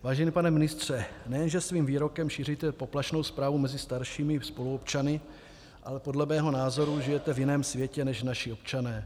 Vážený pane ministře, nejen že svým výrokem šíříte poplašnou zprávu mezi staršími spoluobčany, ale podle mého názoru žijete v jiném světě než naši občané.